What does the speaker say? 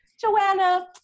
Joanna